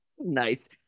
Nice